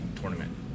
Tournament